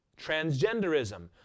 transgenderism